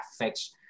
affects